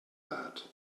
that